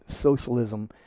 socialism